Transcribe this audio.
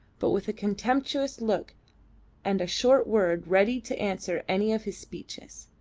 but with a contemptuous look and a short word ready to answer any of his speeches.